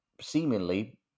seemingly